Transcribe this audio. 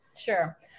sure